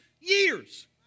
years